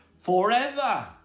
forever